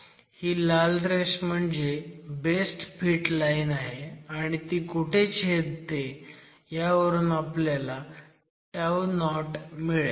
ही लाल रेष म्हणजे बेस्ट फिट लाईन आहे आणि ती कुठे छेदते ह्यावरून आपल्याला 0 टाऊ नॉट मिळेल